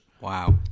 wow